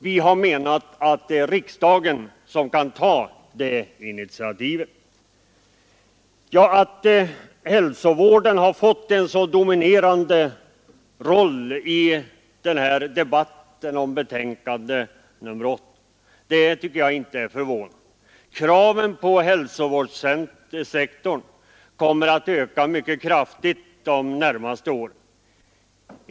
Vi har menat att det är riksdagen som kan ta det initiativet. Hälsovården har fått en mycket dominerande ställning i denna debatt om socialutskottets betänkande rir 8, och det tycker jag inte är förvånande. Kraven på hälsovårdssektorn kommer att öka mycket kraftigt de närmaste åren.